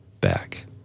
back